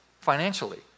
financially